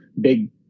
big